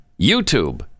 YouTube